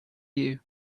you